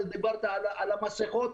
דיברת על המסכות,